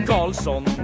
Carlson